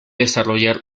desarrollar